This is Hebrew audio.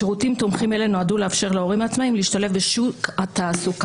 שירותים תומכים אלה נועדו לאפשר להורים העצמאיים להשתלב בשוק התעסוקה.